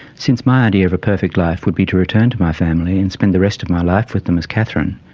since my idea of a perfect life would be to return to my family and spend the rest of my life with them as katherine,